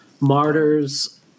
Martyrs